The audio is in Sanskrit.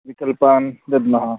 विकल्पान् दद्मः